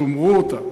תאמרו אותה.